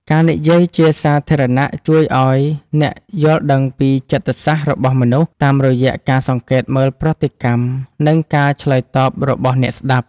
ការនិយាយជាសាធារណៈជួយឱ្យអ្នកយល់ដឹងពីចិត្តសាស្ត្ររបស់មនុស្ស តាមរយៈការសង្កេតមើលប្រតិកម្ម និងការឆ្លើយតបរបស់អ្នកស្ដាប់។